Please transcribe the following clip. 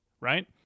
right